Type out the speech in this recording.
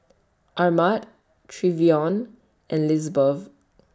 Armand Trevion and Lisbeth